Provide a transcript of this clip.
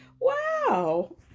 Wow